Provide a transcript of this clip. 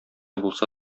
булса